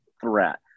threat